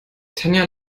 tanja